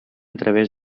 través